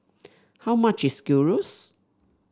how much is Gyros